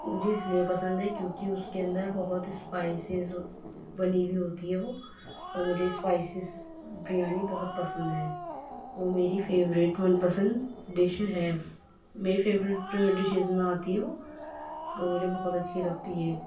مجھے اس لیے پسند ہے کیونکہ اس کے اندر بہت اسپائیسیز بنی ہوئی ہوتی ہے وہ اور مجھے اسپائسیز بریانی بہت پسند ہے وہ میری فیوریٹ من پسند ڈش ہے میری فیوریٹ ڈشیز میں آتی ہے وہ تو مجھے بہت اچھی لگتی ہے